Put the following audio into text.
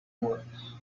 works